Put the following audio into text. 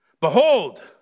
Behold